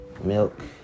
milk